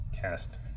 cast